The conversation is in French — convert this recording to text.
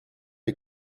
est